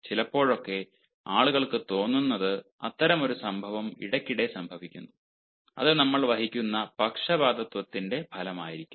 ചിലപ്പോഴൊക്കെ ആളുകൾക്ക് തോന്നുന്നത് അത്തരം ഒരു സംഭവം ഇടയ്ക്കിടെ സംഭവിക്കുന്നു അത് നമ്മൾ വഹിക്കുന്ന പക്ഷപാതിത്വത്തിന്റെ ഫലമായിരിക്കാം